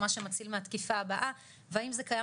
מה שמציל מהתקיפה הבאה והאם זה קיים